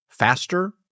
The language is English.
faster